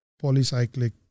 polycyclic